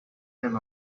them